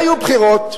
והיו בחירות,